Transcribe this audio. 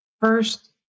first